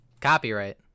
copyright